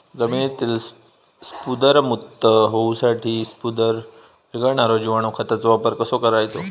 जमिनीतील स्फुदरमुक्त होऊसाठीक स्फुदर वीरघळनारो जिवाणू खताचो वापर कसो करायचो?